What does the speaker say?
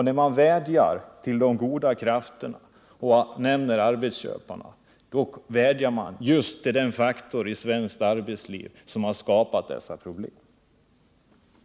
När man vädjar till de goda krafterna och arbetsköparna, då vädjar man just till den faktor i svenskt arbetsliv som har skapat dessa problem.